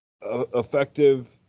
effective